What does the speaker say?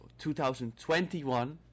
2021